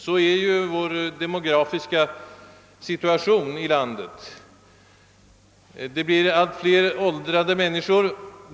Sådan är ju den demografiska situationen i vårt land. Vi får allt fler åldrade människor.